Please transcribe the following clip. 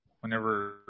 Whenever